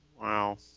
Wow